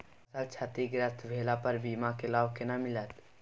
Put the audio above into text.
फसल क्षतिग्रस्त भेला पर बीमा के लाभ केना मिलत?